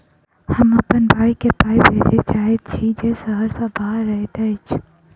हम अप्पन भयई केँ पाई भेजे चाहइत छि जे सहर सँ बाहर रहइत अछि